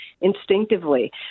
instinctively